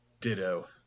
Ditto